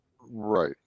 right